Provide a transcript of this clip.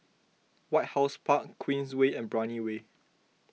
White House Park Queensway and Brani Way